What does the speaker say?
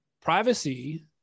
privacy